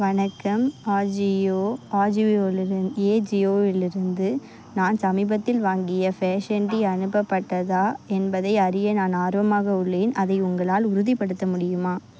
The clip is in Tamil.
வணக்கம் அஜியோ அஜியோவிலிரு ஏஜியோவிலிருந்து நான் சமீபத்தில் வாங்கிய ஃவேஷன்டி அனுப்பப்பட்டதா என்பதை அறிய நான் ஆர்வமாக உள்ளேன் அதை உங்களால் உறுதிப்படுத்த முடியுமா